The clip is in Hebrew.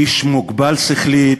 איש מוגבל שכלית